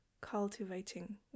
cultivating